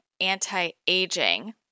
anti-aging